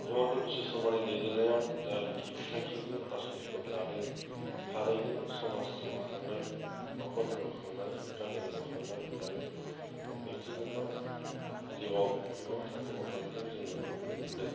हेमन्ट' बिस्व सरमानि दैदेननायाव जानिखि बिथांखिफोर आसनिफोर लादों थारैनो समाज जौगाखांनाय न'खर जौगाखांनाय गामि जौगाखांनाय आरो बेक्तिगथ' जिउआव गोबांथार जौगाखांनायखौ जों नुनो मोनदों